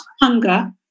hunger